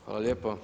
Hvala lijepo.